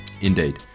Indeed